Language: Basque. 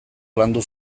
landu